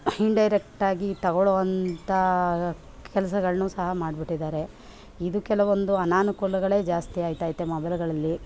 ಇಂಡೈರೆಕ್ಟಾಗಿ ತಗೊಳ್ಳುವಂಥ ಕೆಲಸಗಳ್ನು ಸಹ ಮಾಡ್ಬಿಟ್ಟಿದ್ದಾರೆ ಇದು ಕೆಲವೊಂದು ಅನಾನುಕೂಲಗಳೇ ಜಾಸ್ತಿ ಆಯ್ತೈತೆ ಮೊಬೈಲುಗಳಲ್ಲಿ